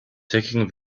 taking